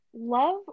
Love